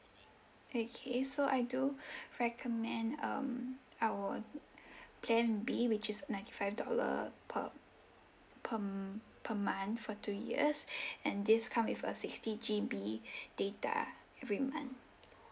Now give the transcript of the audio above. okay so I do recommend um our plan B which is ninety five dollar per per per month for two years and this come with a sixty G_B data every month